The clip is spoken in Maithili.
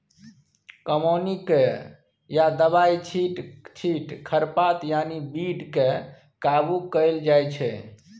कमौनी कए या दबाइ छीट खरपात यानी बीड केँ काबु कएल जाइत छै